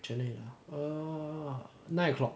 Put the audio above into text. channel eight ah err nine o'clock